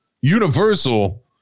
Universal